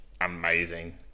amazing